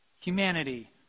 humanity